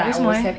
oh 为什么 eh